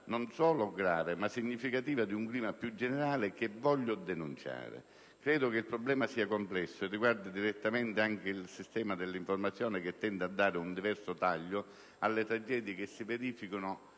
non solo grave, ma significativa di un clima più generale, che voglio denunciare. Credo che il problema sia complesso e riguardi direttamente anche il sistema dell'informazione, che tende a dare un diverso taglio alle tragedie che si verificano